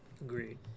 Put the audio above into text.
Agreed